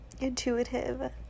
intuitive